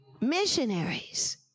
Missionaries